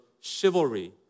chivalry